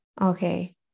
Okay